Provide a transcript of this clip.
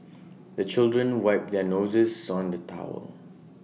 the children wipe their noses on the towel